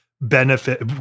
benefit